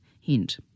Hint